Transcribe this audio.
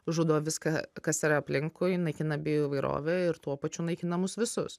žudo viską kas yra aplinkui naikina bioįvairovę ir tuo pačiu naikina mus visus